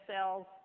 cells